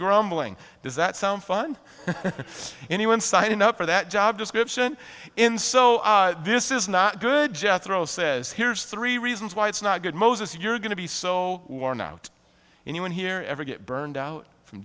grumbling does that sound fun anyone signing up for that job description in so this is not good jethro says here's three reasons why it's not good moses you're going to be so worn out anyone here ever get burned out from